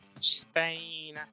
Spain